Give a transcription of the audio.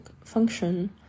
function